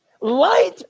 Light